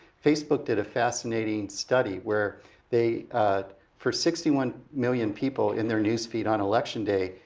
facebook did a fascinating study, where they for sixty one million people in their news feed on election day,